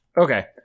okay